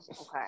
okay